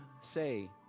say